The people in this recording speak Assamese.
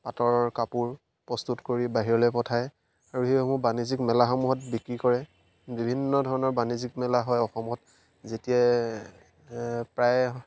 পাটৰ কাপোৰ প্ৰস্তুত কৰি বাহিৰলৈ পঠায় আৰু সেইসমূহ বাণিজ্যিক মেলাসমূহত বিক্ৰী কৰে বিভিন্ন ধৰণৰ বাণিজ্যিক মেলা হয় অসমত যেতিয়াই প্ৰায়